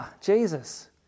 Jesus